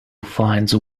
finds